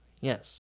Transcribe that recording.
Yes